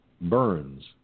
burns